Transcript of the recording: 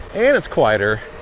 and it's quieter.